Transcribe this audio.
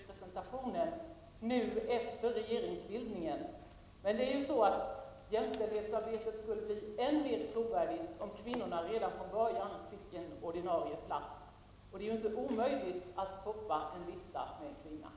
Fru talman! Jag vill gratulera Karin Israelsson och centerpartiet till att man nu efter regeringsbildningen har ökat kvinnorepresentationen. Men jämställdhetsarbetet skulle bli än mer trovärdigt om kvinnorna redan från början fick en ordinarie plats. Det är ju inte omöjligt att toppa en lista med ett kvinnonamn.